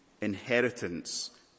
inheritance